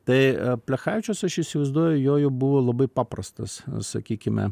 tai plechavičius aš įsivaizduoju jojo buvo labai paprastas sakykime